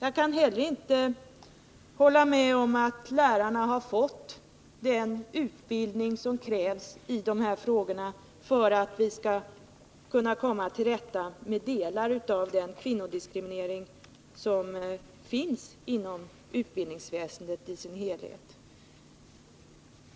Inte heller kan jag hålla med om att lärarna har fått den utbildning i de här frågorna som krävs för att vi skall kunna komma till rätta med delar av den kvinnodiskriminering som finns inom utbildningsväsendet i dess helhet.